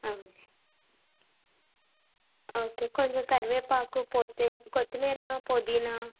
okay కొంచెం కరివేపాకు పొత్తి కొత్తిమీర పుదీనా